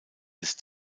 des